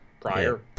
prior